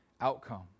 outcome